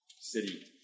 city